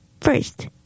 First